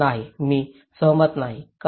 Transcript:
नाही मी सहमत नाही का